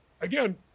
again